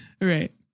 Right